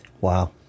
Wow